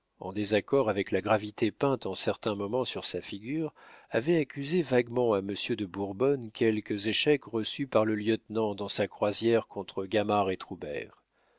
en désaccord avec la gravité peinte en certains moments sur sa figure avaient accusé vaguement à monsieur de bourbonne quelques échecs reçus par le lieutenant dans sa croisière contre